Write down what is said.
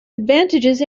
advantages